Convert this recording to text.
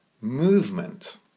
movement